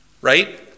Right